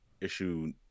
issue